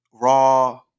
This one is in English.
raw